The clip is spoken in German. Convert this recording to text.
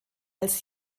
als